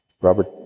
Robert